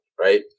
right